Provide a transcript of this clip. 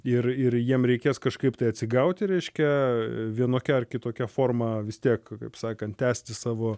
ir ir jiem reikės kažkaip tai atsigauti reiškia vienokia ar kitokia forma vis tiek kaip sakant tęsti savo